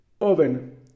oven